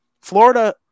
Florida